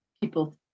people